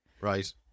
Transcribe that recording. Right